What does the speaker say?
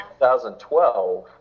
2012